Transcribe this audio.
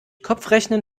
kopfrechnen